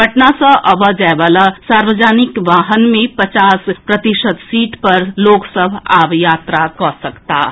पटना सँ अबय जाय वला सार्वजनिक वाहन मे पचास प्रतिशत सीट पर लोक सभ आब यात्रा कऽ सकताह